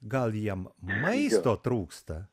gal jiem maisto trūksta